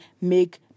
make